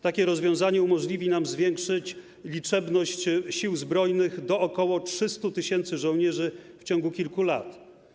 Takie rozwiązanie umożliwi nam zwiększenie liczebności Sił Zbrojnych do ok. 300 tys. żołnierzy w ciągu kilku lat.